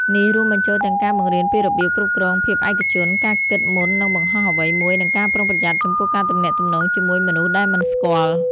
នេះរួមបញ្ចូលទាំងការបង្រៀនពីរបៀប គ្រប់គ្រងភាពឯកជន ការគិតមុននឹងបង្ហោះអ្វីមួយ និងការប្រុងប្រយ័ត្នចំពោះការទំនាក់ទំនងជាមួយមនុស្សដែលមិនស្គាល់។